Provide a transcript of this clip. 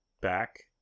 back